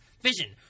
vision